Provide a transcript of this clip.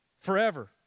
forever